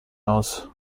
aus